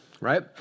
right